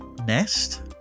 nest